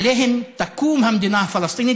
עליהם תקום המדינה הפלסטינית,